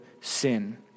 sin